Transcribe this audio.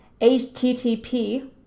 http